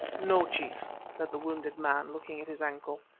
no, chief, said the wounded man, looking at his ankle.